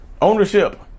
Ownership